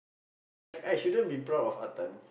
I I I shouldn't be proud of Ah-Tan